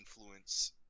influence